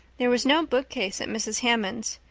there was no bookcase at mrs. hammond's.